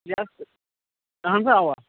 یَتھ تہٕ اَہَن سا اَوا